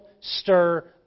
stir